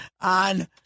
on